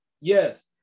yes